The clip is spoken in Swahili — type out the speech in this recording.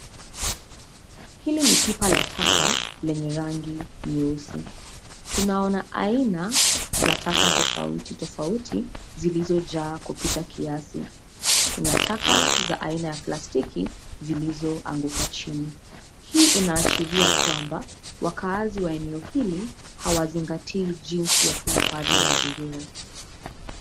Hili ni pipa la taka lenye rangi nyeusi. Tunaona aina za taka tofauti, tofauti zilizojaa kupita kiasi. Kuna taka za aina ya plastiki zilizoanguka chini. Hii inaashiria kwamba wakazi wa eneo hili hawazingatii jinsi ya kuhifadhi mazingira.